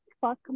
fuck